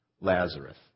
Lazarus